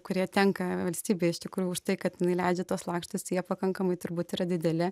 kurie tenka valstybei iš tikrųjų už tai kad jinai leidžia tuos lakštus tai jie pakankamai turbūt yra dideli